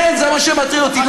כן, זה מה שמטריד אותי.